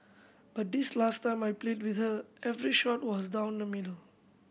but this last time I played with her every shot was down the middle